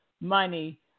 money